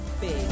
big